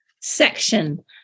section